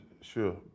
sure